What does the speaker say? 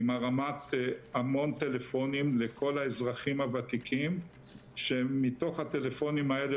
עם הרמת המון טלפונים לכל האזרחים הוותיקים שמתוך הטלפונים האלה